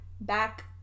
back